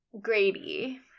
Grady